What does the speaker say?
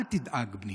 אל תדאג, בני,